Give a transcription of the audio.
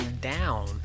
down